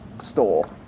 store